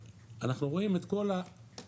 אנחנו רואים את כל הרגולציה